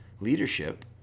leadership